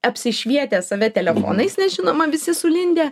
apsišvietę save telefonais nes žinoma visi sulindę